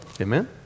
Amen